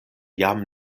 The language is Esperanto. jam